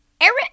Eric